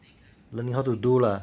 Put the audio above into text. learning how to do lah